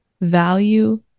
value